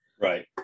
Right